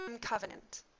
covenant